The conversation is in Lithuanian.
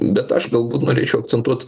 bet aš galbūt norėčiau akcentuot